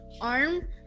arm